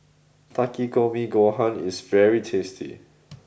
Takikomi Gohan is very tasty